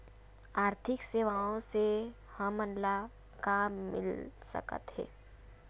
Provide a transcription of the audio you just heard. आर्थिक सेवाएं से हमन ला का मिल सकत हे?